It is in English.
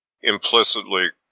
implicitly